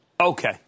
Okay